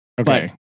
Okay